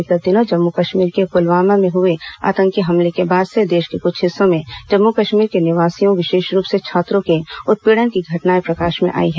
विगत् दिनों जम्मू कश्मीर के पुलवामा में हुए आतंकी हमले के बाद से देश के कुछ हिस्सों में जम्मू कश्मीर के निवासियों विशेष रूप से छात्रों के उत्पीड़न की घटनाएं प्रकाश में आईं हैं